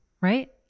right